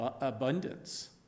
abundance